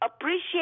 appreciate